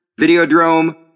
Videodrome